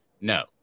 No